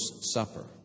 Supper